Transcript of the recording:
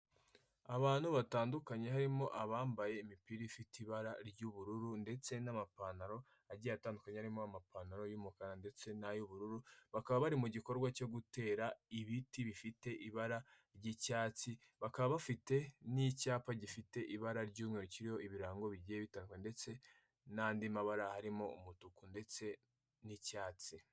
Abantu batandukanye harimo abambaye imipira ifite ibara ry'ubururu ndetse n'amapantaro agiye atandukanye harimo amapantaro y'umukara ndetse n'ay'ubururu, bakaba bari mu gikorwa cyo gutera ibiti bifite ibara ry'icyatsi, bakaba bafite n'icyapa gifite ibara ry'umweru kiriho ibirango bigiye bitandukanye ndetse n'andi mabara harimo umutuku ndetse n'icyatsi.